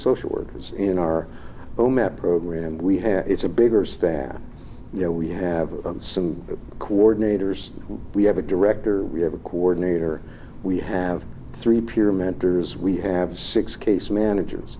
social workers in our own math program we have it's a bigger staff you know we have some coordinators we have a director we have a coordinator we have three peer mentors we have six case managers